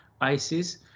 ISIS